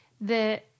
The-